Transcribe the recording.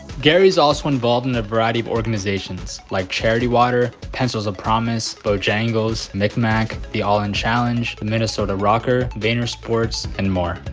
gary's also involved in a variety of organizations, like charity water, pencils of promise, bojangles' mikmak, the all in challenge, the minnesota rokkr, vaynersports, and more.